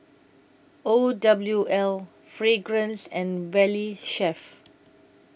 O W L Fragrance and Valley Chef